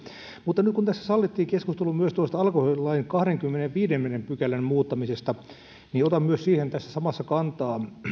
mutta nyt kun tässä sallittiin keskustelu myös tuosta alkoholilain kahdennenkymmenennenviidennen pykälän muuttamisesta niin otan myös siihen tässä samassa kantaa